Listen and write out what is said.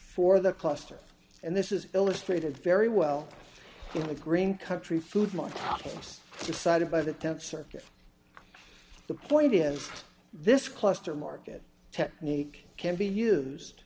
for the cluster and this is illustrated very well in a green country food money case decided by the temp circuit the point is this cluster market technique can be used